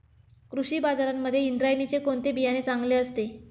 कृषी बाजारांमध्ये इंद्रायणीचे कोणते बियाणे चांगले असते?